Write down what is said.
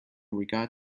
regard